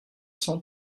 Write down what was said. cent